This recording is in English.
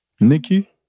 Nikki